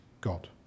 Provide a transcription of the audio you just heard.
God